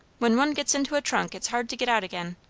when one gets into a trunk it's hard to get out again.